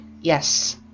Yes